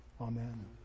Amen